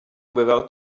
without